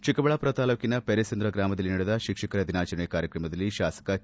ಚಿಕ್ಕಬಳ್ಳಾಮರ ತಾಲ್ಲೂಕಿನ ಪೆರೆಸಂದ್ರ ಗ್ರಾಮದಲ್ಲಿ ನಡೆದ ಶಿಕ್ಷಕರ ದಿನಾಚರಣೆ ಕಾರ್ಯಕ್ರಮದಲ್ಲಿ ಶಾಸಕ ಕೆ